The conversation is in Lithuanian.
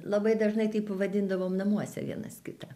labai dažnai taip vadindavom namuose vienas kitą